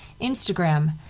Instagram